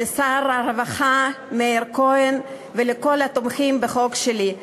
לשר הרווחה מאיר כהן ולכל התומכים בחוק שלי.